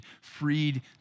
freed